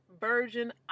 virgin